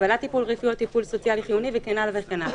קבלת טיפול רפואי או טיפול סוציאלי חיוני וכן הלאה וכן הלאה.